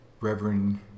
Reverend